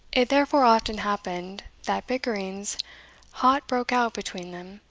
it therefore often happened, that bickerings hot broke out between them,